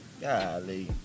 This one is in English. Golly